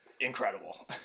incredible